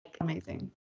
amazing